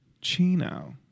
Chino